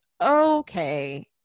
Okay